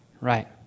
Right